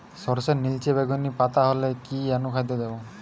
সরর্ষের নিলচে বেগুনি পাতা হলে কি অনুখাদ্য দেবো?